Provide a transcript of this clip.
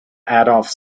adolph